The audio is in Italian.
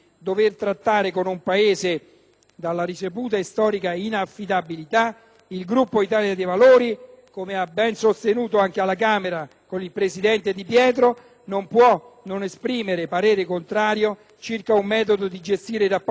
come ha ben sostenuto anche alla Camera il presidente Di Pietro, non può non esprimere parere contrario circa un metodo di gestire i rapporti diplomatici e la politica estera in generale al quale, purtroppo, questo Governo ci sta abituando